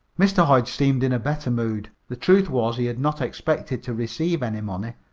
mr. hodge seemed in better mood. the truth was, he had not expected to receive any money,